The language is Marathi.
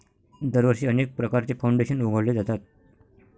दरवर्षी अनेक प्रकारचे फाउंडेशन उघडले जातात